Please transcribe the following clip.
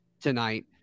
tonight